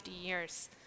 years